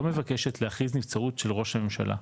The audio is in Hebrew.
לא מבקשת להכריז נבצרות של ראש הממשלה,